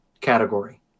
category